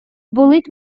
болить